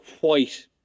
white